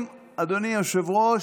אדוני היושב-ראש,